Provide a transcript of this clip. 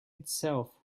itself